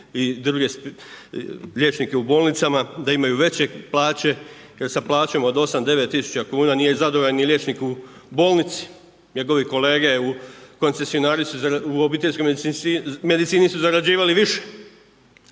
i liječnike u bolnicama, da imaju veće plaće, jer sa plaćom, od 8-9 tisuća kuna nije zadovoljan ni liječnik u bolnici. Njegovi kolege, koncesionari su u obiteljskoj medicini su zarađivali više,